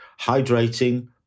hydrating